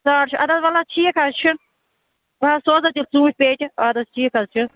ساڑ شےٚ اَدٕ حظ وَلہٕ حظ ٹھیٖک حظ چھُ بہٕ حظ سوزہو تِم ژوٗنٛٹھۍ پیٹہِ اَدٕ حظ ٹھیٖک حظ چھُ